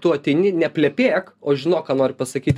tu ateini neplepėk o žinok ką nori pasakyt